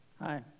hi